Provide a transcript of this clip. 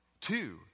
two